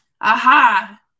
aha